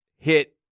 hit